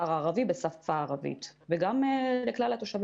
הערבי בשפה הערבית וגם לכלל התושבים.